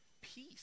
Peace